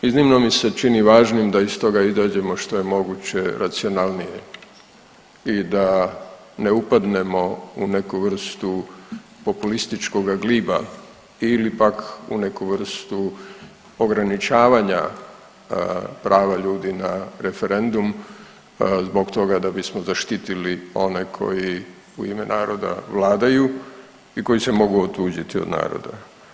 Iznimno mi se čini važnim da iz toga izađemo što je moguće racionalnije i da ne upadnemo u neku vrstu populističkoga gliba ili pak u neku vrstu ograničavanja prava ljudi na referendum zbog toga da bismo zaštitili one koji u ime naroda vladaju i koji se mogu otuđiti od naroda.